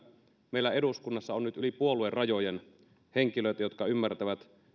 meillä eduskunnassa on nyt yli puoluerajojen henkilöitä jotka ymmärtävät